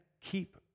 keep